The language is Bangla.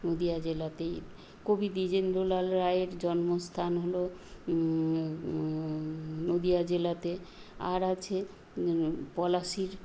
নদিয়া জেলাতেই কবি দিজেন্দ্রলাল রায়ের জন্মস্থান হল নদিয়া জেলাতে আর আছে পলাশির